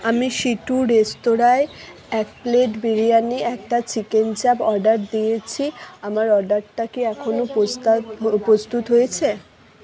আমি সিটু রেস্তোরাঁয় এক প্লেট বিরিয়ানি একটা চিকেন চাপ অর্ডার দিয়েছি আমার অর্ডারটা কি এখনও প্রস্তুত হয়েছে